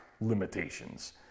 limitations